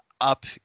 up